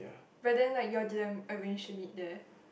but then like you are didn't arrange to be there